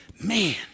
man